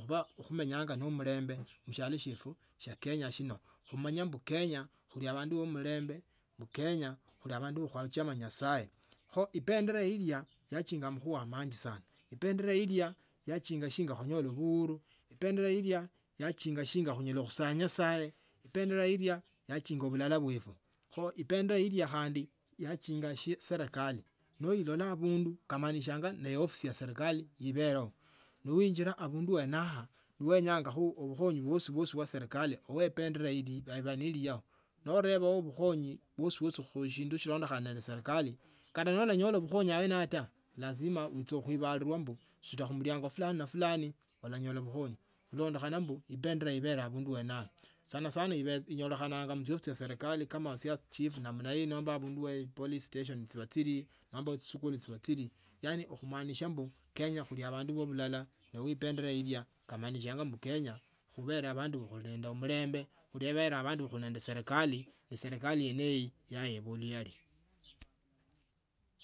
khuba khumenyanga ne omulombe mshida shiefwe shia kinya mno khumanye mbu kenya khuli abandu bo mulembe khu kenya khuli bandu kwachama nyasaye. Kho ibendera ilya yachinga amakhuwa manji sana. Ibendera ilya yachinga chinga kwanyola buhuru. ibendera ilya yachinga chinga khunyala khwaya nyasaye ibendera ilya yanchinga byalala bwefwe. Kho ibendera ilya khandi yachinga shiya serekali nailola abandu kamaanishanga ne ofisi ya serikali ibeleyo no injila abundu enesayo nawenya bukhonya bwasi ba serikali wa ibendera ibe ne eligible norebao bukhonyi bwasi bwasi mushindu shilando khane serikali kata. no onyole bukhonyi aene ao lazima uicha. Khuibalwa mbu sutacho khumuliango fulani na fulani olanyola bukhonyi khulondekhana mbu ebendera ibele daindu ene au sana sana inyolekha muchiufisi chya serikali kama chia chifu namna hii ama abudnu polish tatian chiba chili nomba echiskuli chiba chili yaani khumanisha mbu. Kenya khubi bandu ba obulala no ibendera ilya kamaanishanga mbu kenya khube bandu ba obulala no ibendera ilya kamaanishanga mbu kenya khube abandu khulinende mulembe khubole abandu khuli nende serikali nesirekali yene iyo iebwa ugali.